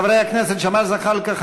חברי הכנסת ג'מאל זחאלקה,